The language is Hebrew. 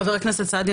חבר הכנסת סעדי,